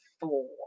Four